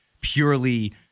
purely